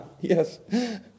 Yes